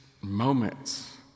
moments